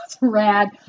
rad